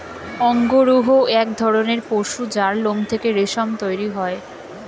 অঙ্গরূহ এক ধরণের পশু যার লোম থেকে রেশম তৈরি হয়